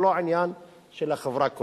ולא עניין של החברה כולה.